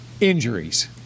injuries